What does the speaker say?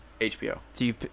HBO